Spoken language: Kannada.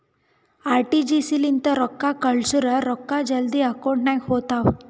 ಆರ್.ಟಿ.ಜಿ.ಎಸ್ ಲಿಂತ ರೊಕ್ಕಾ ಕಳ್ಸುರ್ ರೊಕ್ಕಾ ಜಲ್ದಿ ಅಕೌಂಟ್ ನಾಗ್ ಹೋತಾವ್